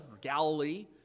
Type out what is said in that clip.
Galilee